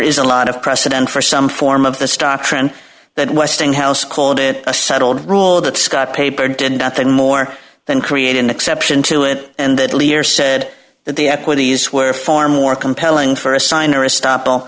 is a lot of precedent for some form of the stock trend that westinghouse called it a settled rule that scott paper did nothing more than create an exception to it and that leader said that the equities were far more compelling for a sign or a stop all